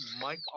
Mike